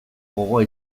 gogoa